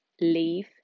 leave